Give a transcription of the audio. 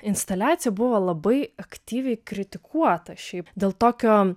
instaliacija buvo labai aktyviai kritikuota šiaip dėl tokio